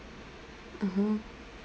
mmhmm